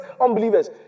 unbelievers